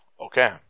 Okay